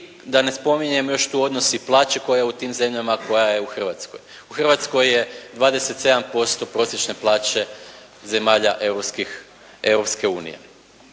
I da ne spominjem još tu odnos i plaće koja je u tim zemljama a koja je u Hrvatskoj. U Hrvatskoj je 27% prosječne plaće zemalja